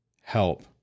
help